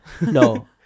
No